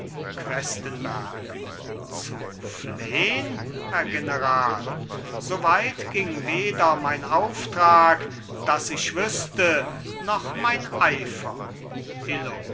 questenberg zu flehn herr general so weit ging weder mein auftrag daß ich wüßte noch mein eifer illo